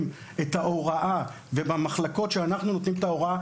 את ההוראה ובמחלקות שאנחנו נותנים את ההוראה,